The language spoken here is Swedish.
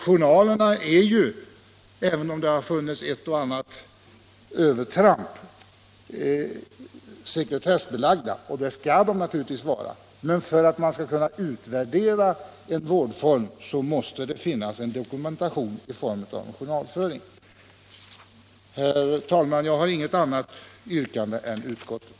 Journalerna är ju, även om det har förekommit ett och annat övertramp, sekretessbelagda och skall givetvis vara det. Men för att man skall kunna utvärdera en vårdform måste det finnas en dokumentation i form av journalföring. Herr talman! Jag har inget annat yrkande än utskottets.